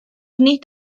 nid